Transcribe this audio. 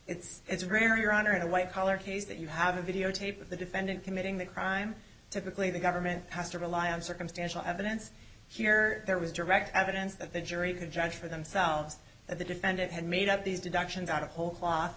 it's it's very your honor in a white collar case that you have a videotape of the defendant committing the crime typically the government has to rely on circumstantial evidence here there was direct evidence that the jury could judge for themselves that the defendant had made up these deductions out of whole